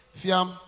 Fiam